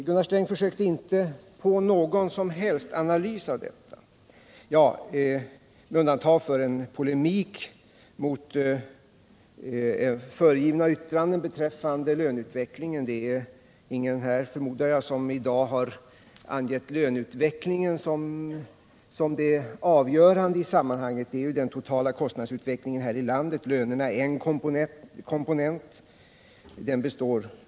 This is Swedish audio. Gunnar Sträng försökte inte göra någon som helst analys av detta, med undantag för en polemik mot föregivna yttranden beträffande löneutvecklingen. Det är ingen här, antar jag, som angivit löneutvecklingen som det avgörande i sammanhanget. Det är den totala kostnadsutvecklingen här i landet som är avgörande — lönerna är bara en komponent i den.